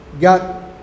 got